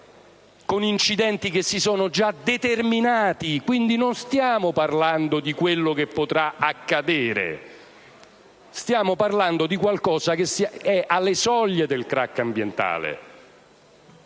con incidenti che si sono già determinati. Quindi non stiamo parlando di quello che potrà accadere, ma stiamo parlando di qualcosa che è alle soglie del crac ambientale.